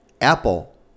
apple